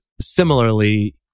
similarly